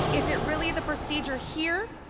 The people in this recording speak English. is it really the procedure here